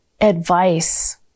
advice